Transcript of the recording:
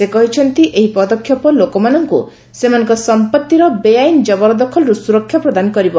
ସେ କହିଛନ୍ତି ଏହି ପଦକ୍ଷେପ ଲୋକମାନଙ୍କୁ ସେମାନଙ୍କ ସମ୍ପଭିର ବେଆଇନ୍ ଜବରଦଖଲରୁ ସୁରକ୍ଷା ପ୍ରଦାନ କରିବ